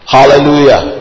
Hallelujah